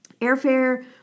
airfare